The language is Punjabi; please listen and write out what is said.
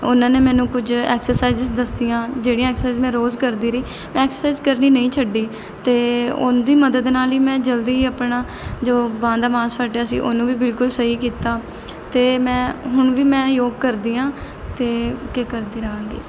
ਉਹਨਾਂ ਨੇ ਮੈਨੂੰ ਕੁਝ ਐਕਸਸਾਈਜ਼ਜ਼ ਦੱਸੀਆਂ ਜਿਹੜੀਆਂ ਐਕਸਸਾਈਜ਼ ਮੈਂ ਰੋਜ਼ ਕਰਦੀ ਰਹੀ ਐਕਸਸਾਈਜ਼ ਕਰਨੀ ਨਹੀਂ ਛੱਡੀ ਅਤੇ ਉਹਦੀ ਮਦਦ ਨਾਲ਼ ਹੀ ਮੈਂ ਜਲਦੀ ਆਪਣਾ ਜੋ ਬਾਂਹ ਦਾ ਮਾਸ ਫਟਿਆ ਸੀ ਉਹਨੂੰ ਵੀ ਬਿਲਕੁਲ ਸਹੀ ਕੀਤਾ ਅਤੇ ਮੈਂ ਹੁਣ ਵੀ ਮੈਂ ਯੋਗ ਕਰਦੀ ਹਾਂ ਅਤੇ ਕਿ ਕਰਦੀ ਰਹਾਂਗੀ